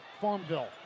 Farmville